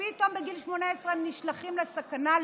פתאום בגיל 18 הם נשלחים לסכנה,